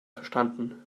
verstanden